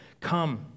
Come